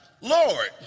Lord